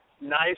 nice